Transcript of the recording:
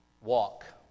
Walk